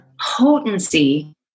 potency